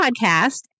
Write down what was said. podcast